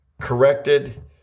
corrected